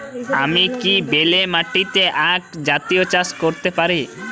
আমি কি বেলে মাটিতে আক জাতীয় চাষ করতে পারি?